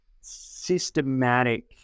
systematic